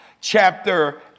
chapter